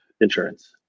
insurance